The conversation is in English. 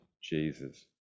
Jesus